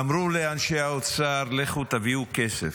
אמרו לאנשי האוצר: לכו תביאו כסף,